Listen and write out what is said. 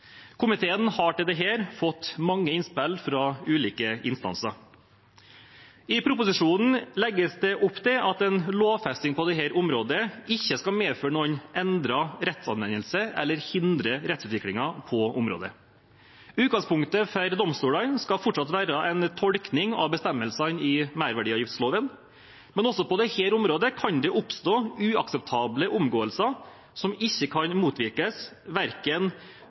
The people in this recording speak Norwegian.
Komiteen har til dette fått mange innspill fra ulike instanser. I proposisjonen legges det opp til at en lovfesting på dette området ikke skal medføre noen endret rettsanvendelse eller hindre rettsutviklingen på området. Utgangspunktet for domstolene skal fortsatt være en tolkning av bestemmelsene i merverdiavgiftsloven, men også på dette området kan det oppstå uakseptable omgåelser som ikke kan motvirkes